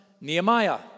Nehemiah